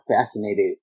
fascinated